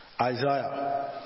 Isaiah